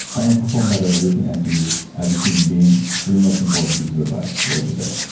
i wanna perform better at everything i do as a human being. three most important piece of advice. what would you say?